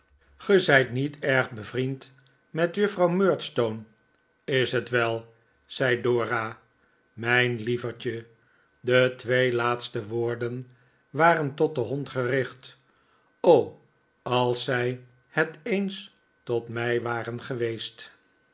zijt niet erg bevriend met juffrouw murdstone is het wel zei dora mijn lieverdje de twee laatste woorden waren tot den hond gericht o als zij het eens tot mij waren geweest